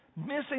missing